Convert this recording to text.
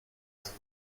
agua